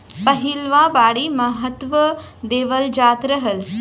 पहिलवां बड़ी महत्त्व देवल जात रहल